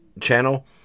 channel